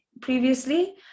previously